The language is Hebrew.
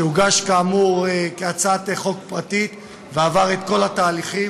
שהוגש כאמור כהצעת חוק פרטית ועבר את כל התהליכים.